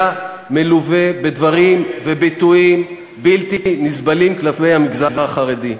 הוא היה מלווה בדברים ובביטויים בלתי נסבלים כלפי המגזר החרדי.